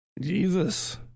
Jesus